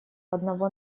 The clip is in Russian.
одного